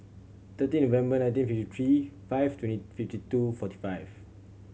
thirteen November nineteen fifty three five twenty fifty two forty five